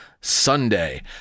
Sunday